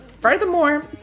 Furthermore